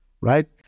right